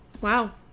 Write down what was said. Wow